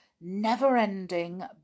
never-ending